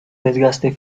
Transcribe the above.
desgaste